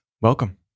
Welcome